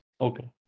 Okay